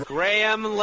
Graham